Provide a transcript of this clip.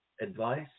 advice